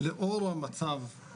לאור המצב,